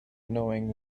knowing